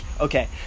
okay